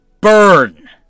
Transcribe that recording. burn